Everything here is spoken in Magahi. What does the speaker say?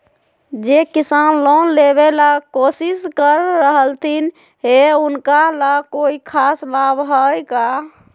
जे किसान लोन लेबे ला कोसिस कर रहलथिन हे उनका ला कोई खास लाभ हइ का?